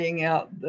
out